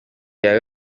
yawe